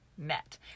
met